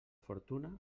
fortuna